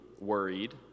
worried